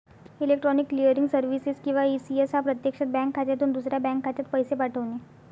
electronic clearing services किंवा ECS हा प्रत्यक्षात बँक खात्यातून दुसऱ्या बँक खात्यात पैसे पाठवणे